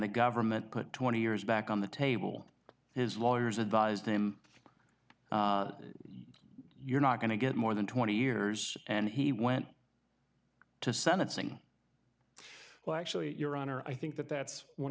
the government put twenty years back on the table his lawyers advised him you're not going to get more than twenty years and he went to sentencing well actually your honor i think that that's one